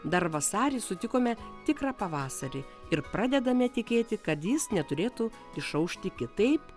dar vasarį sutikome tikrą pavasarį ir pradedame tikėti kad jis neturėtų išaušti kitaip